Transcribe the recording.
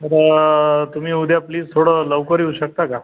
तर तुम्ही उद्या प्लीज थोडं लवकर येऊ शकता का